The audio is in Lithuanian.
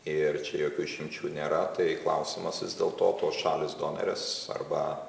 ir čia jokių išimčių nėra tai klausimas vis dėl to tos šalys donorės arba